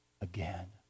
again